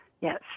yes